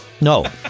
no